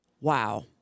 wow